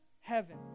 heaven